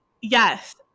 Yes